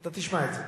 אתה תשמע את זה.